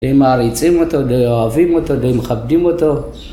הם מעריצים אותו, די אוהבים אותו, די מכבדים אותו.